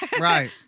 Right